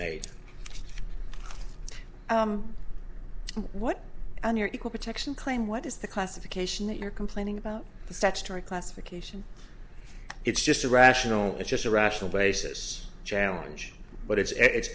made what an equal protection claim what is the classification that you're complaining about the statutory classification it's just a rational it's just a rational basis challenge but it's